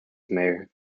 mayer